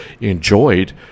enjoyed